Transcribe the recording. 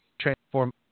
transform